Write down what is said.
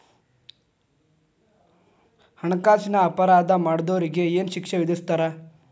ಹಣ್ಕಾಸಿನ್ ಅಪರಾಧಾ ಮಾಡ್ದೊರಿಗೆ ಏನ್ ಶಿಕ್ಷೆ ವಿಧಸ್ತಾರ?